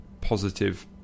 positive